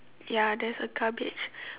ya there's a garbage